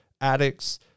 addicts